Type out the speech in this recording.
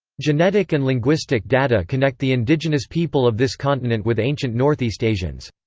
genetic and linguistic data connect the indigenous people of this continent with ancient northeast asians.